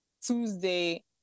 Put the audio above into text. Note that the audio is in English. Tuesday